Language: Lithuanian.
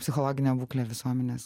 psichologinė būklė visuomenės